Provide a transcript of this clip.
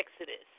Exodus